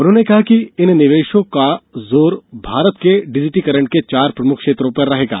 उन्होंने कहा कि इन निवेशों का जोर भारत के डिजिटीकरण के चार प्रमुख क्षेत्रों पर रहेगा